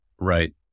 Right